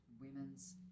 Women's